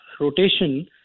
rotation